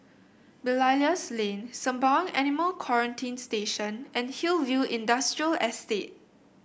Belilios Lane Sembawang Animal Quarantine Station and Hillview Industrial Estate